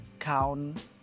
Count